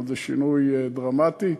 זה שינוי דרמטי.